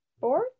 fourth